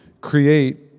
create